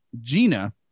Gina